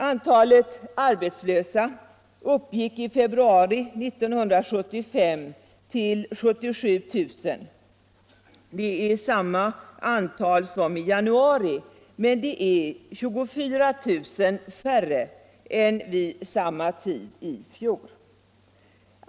Antalet arbetslösa uppgick i februari 1975 till 77 000; det är lika många som i januari men 24 000 färre än vid samma tid i fjol.